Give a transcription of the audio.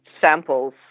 samples